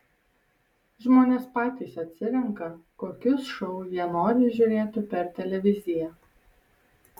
žmonės patys atsirenka kokius šou jie nori žiūrėti per televiziją